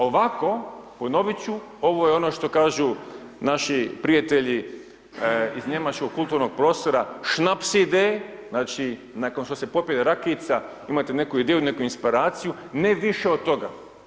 Ovako ponovit ću, ovo je ono što kažu naši prijatelji iz njemačkog kulturnog prostora, ... znači nakon što se popije rakijica, imate neku ideju, neku inspiraciju, ne više od toga.